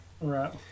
Right